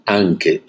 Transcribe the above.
anche